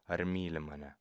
ar myli mane